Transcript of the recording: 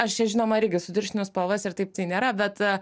aš čia žinoma irgi sutirštinu spalvas ir taip tai nėra bet